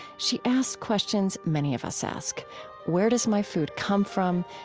she asked questions many of us ask where does my food come from?